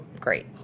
great